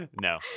No